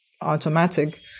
automatic